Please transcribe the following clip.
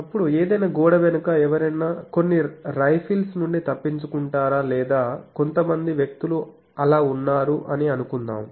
అప్పుడు ఏదైనా గోడ వెనుక ఎవరైనా కొన్ని రైఫిల్స్ నుండి తప్పించుకుంటారా లేదా కొంతమంది వ్యక్తులు అలా ఉన్నారు అని అనుకుందాం